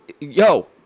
Yo